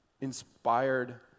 inspired